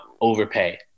overpay